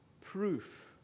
proof